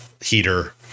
heater